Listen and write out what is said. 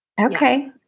Okay